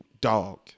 Dog